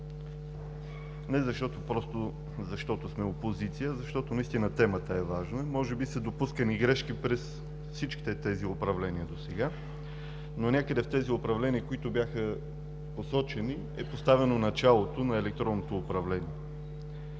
Данчев не защото сме опозиция, а защото темата е важна. Може би са допускани грешки през всички тези управления досега, но някъде в тези управления, които бяха посочени, е поставено началото на електронното управление.